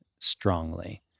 strongly